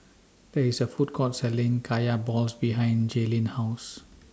There IS A Food Court Selling Kaya Balls behind Jaelyn's House